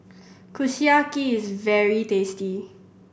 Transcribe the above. kushiyaki is very tasty